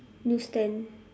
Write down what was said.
news stand